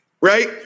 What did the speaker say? right